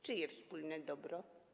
Czyje wspólne dobro?